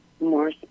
More